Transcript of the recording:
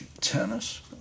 tennis